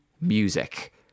music